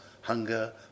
Hunger